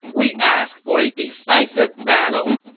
we ask for a decisive battle!